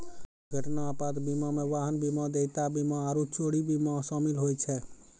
दुर्घटना आपात बीमा मे वाहन बीमा, देयता बीमा आरु चोरी बीमा शामिल होय छै